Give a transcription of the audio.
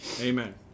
Amen